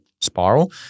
spiral